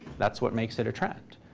that's what makes it a trend.